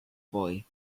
boy